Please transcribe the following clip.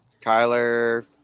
Kyler